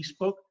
Facebook